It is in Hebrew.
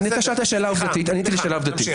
שאלת שאלה עובדתית עניתי עובדתית.